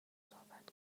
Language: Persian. صحبت